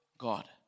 God